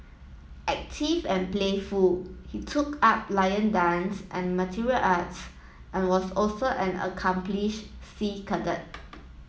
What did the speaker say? active and playful he took up lion dance and material arts and was also an accomplished sea cadet